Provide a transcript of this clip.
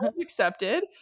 accepted